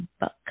book